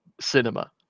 cinema